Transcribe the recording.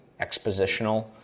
expositional